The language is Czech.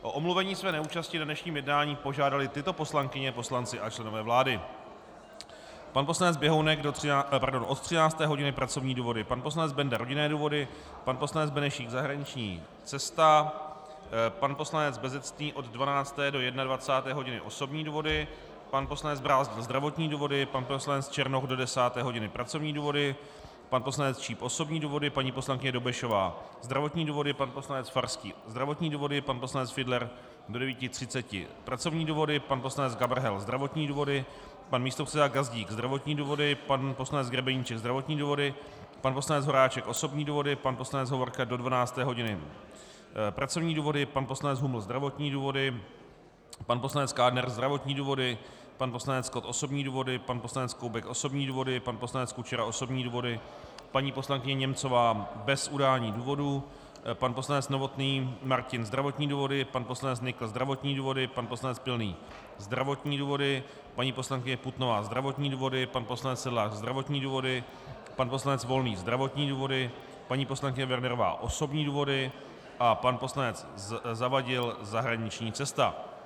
O omluvení své neúčasti na dnešním jednání požádaly tyto poslankyně, poslanci a členové vlády: pan poslanec Běhounek od 13. hodiny pracovní důvody, pan poslanec Benda rodinné důvody, pan poslanec Benešík zahraniční cesta, pan poslanec Bezecný od 12. do 21. hodiny osobní důvody, pan poslanec Brázdil zdravotní důvody, pan poslanec Černoch do 10. hodiny pracovní důvody, pan poslanec Číp osobní důvody, paní poslankyně Dobešová zdravotní důvody, pan poslanec Farský zdravotní důvody, pan poslanec Fiedler do 9.30 pracovní důvody, pan poslanec Gabrhel zdravotní důvody, pan místopředseda Gazdík zdravotní důvody, pan poslanec Grebeníček zdravotní důvody, pan poslanec Horáček osobní důvody, pan poslanec Hovorka do 12. hodiny pracovní důvody, pan poslanec Huml zdravotní důvody, pan poslanec Kádner zdravotní důvody, pan poslanec Kott osobní důvody, pan poslanec Koubek osobní důvody, pan poslanec Kučera osobní důvody, paní poslankyně Němcová bez udání důvodu, pan poslanec Novotný Martin zdravotní důvody, pan poslanec Nykl zdravotní důvody, pan poslanec Pilný zdravotní důvody, paní poslankyně Putnová zdravotní důvody, pan poslanec Sedlář zdravotní důvody, pan poslanec Volný zdravotní důvody, paní poslankyně Wernerová osobní důvody a pan poslanec Zavadil zahraniční cesta.